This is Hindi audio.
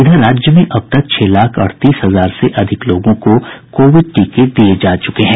इधर राज्य में अब तक छह लाख अड़तीस हजार से अधिक लोगों को कोविड टीके दिये जा चुके हैं